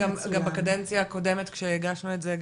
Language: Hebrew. גם בקדנציה הקודמת כשהגשנו את זה,